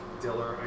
Diller